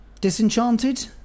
Disenchanted